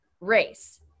race